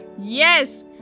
Yes